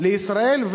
לישראל,